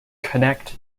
connect